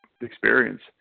experience